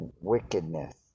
wickedness